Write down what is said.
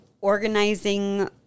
organizing